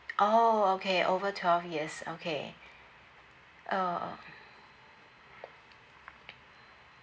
oh okay over twelve years okay uh